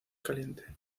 caliente